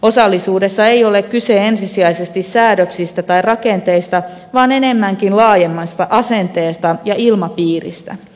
osallisuudessa ei ole kyse ensisijaisesti säädöksistä tai rakenteista vaan enemmänkin laajemmasta asenteesta ja ilmapiiristä